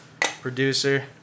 producer